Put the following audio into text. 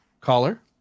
Caller